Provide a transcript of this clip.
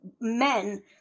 men